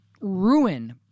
ruin